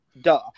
duh